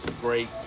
great